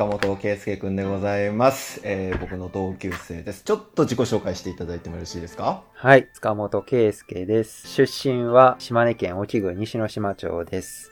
塚本圭介くんでございます。えー、僕の同級生です。ちょっと自己紹介していただいてもよろしいですか？はい。塚本圭介です。出身は島根県隠岐郡西ノ島町です。